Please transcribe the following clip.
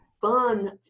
fun